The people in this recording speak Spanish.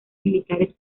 militares